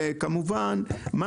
וכמובן שסיננו,